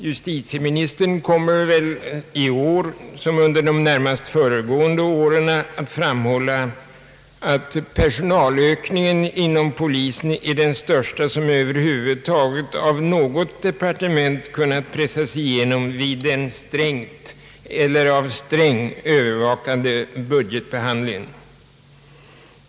Justitieministern kommer väl i år som under de närmaste föregående åren att framhålla att personalökningen inom polisen är den största som av något departement kunnat pressas igenom vid den strängt — eller av Sträng — övervakade budgetbehandlingen.